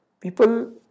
people